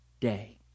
day